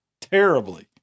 terribly